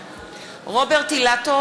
(קוראת בשמות חברי הכנסת) רוברט אילטוב,